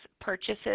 purchases